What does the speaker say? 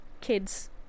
kids